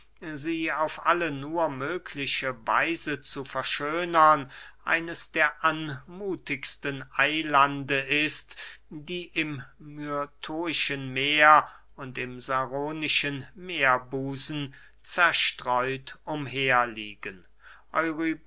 sie auf alle nur mögliche weise zu verschönern eines der anmuthigsten eylande ist die im myrtoischen meer und im saronischen meerbusen zerstreut umher liegen